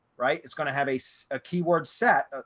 right, it's going to have a so ah keyword set